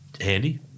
Handy